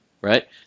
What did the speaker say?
right